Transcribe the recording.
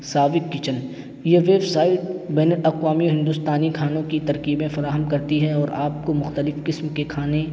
ساوک Kitchen یہ website بین الاقوامی ہندوستانی کھانوں کی ترکیبیں فراہم کرتی ہیں اور آپ کو مختلف قسم کے کھانے